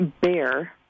Bear